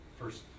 first